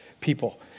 people